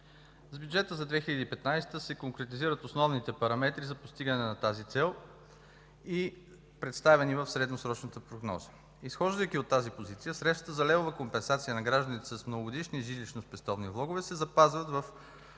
За бюджета за 2015 г. се конкретизират основните параметри за постигане на тази цел и представени в средносрочната прогноза. Изхождайки от тази позиция, средствата за левова компенсация на гражданите с многогодишни жилищно-спестовни влогове се запазват в